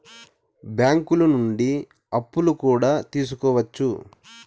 బ్యాంకులు నుండి అప్పులు కూడా తీసుకోవచ్చు